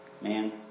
man